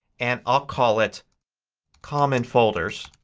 and i'll call it common folders.